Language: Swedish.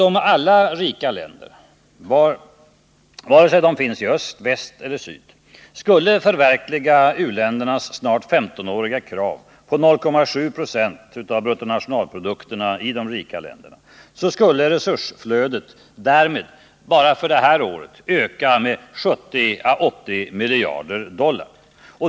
Om alla rika länder — vare sig de finns i öst, väst eller syd — skulle förverkliga u-ländernas snart femtonåriga krav på 0,7 70 av bruttonationalprodukterna i de rika länderna, skulle resursflödet därmed bara för det här året öka med 70-80 miljarder dollar.